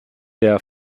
der